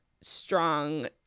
strong